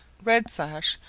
red sash,